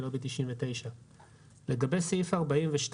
לובי 99. לגבי סעיף 42(ב).